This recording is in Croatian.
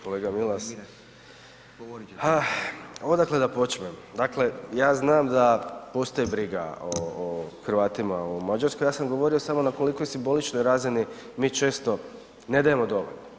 Kolega Milas, a odakle da počnem, dakle ja znam da postoji briga o Hrvatima u Mađarskoj, ja sam govorio samo na kolikoj simboličnoj razini mi često ne dajemo dovoljno.